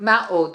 מה עוד,